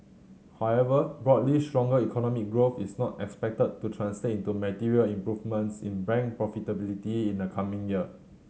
however broadly stronger economic growth is not expected to translate into material improvements in bank profitability in the coming year